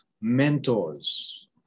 mentors